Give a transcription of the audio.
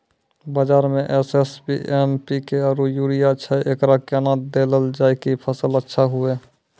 बाजार मे SSP, MPK आरु यूरिया छैय, एकरा कैना देलल जाय कि फसल अच्छा हुये?